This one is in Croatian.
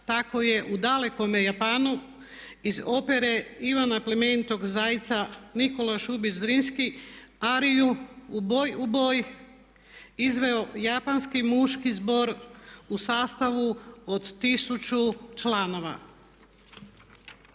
Tako je u dalekome Japanu iz opere Ivana pl. Zajca Nikola Šubić Zrinski ariju "U boj, u boj!" izveo japanski muški zbor u sastavu od 1000 članova.